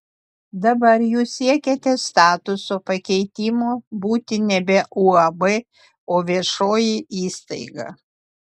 dabar jūs siekiate statuso pakeitimo būti nebe uab o viešoji įstaiga